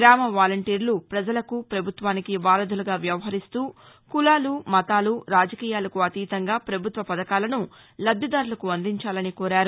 గ్రామ వాలంటీర్లు ప్రజలకు ప్రభుత్వానికి వారధులుగా వ్యవహరిస్తూ కులాలు మతాలు రాజకీయాలకు అతీతంగా పభుత్వ పథకాలను లబ్దిదారులకు అందించాలని కోరారు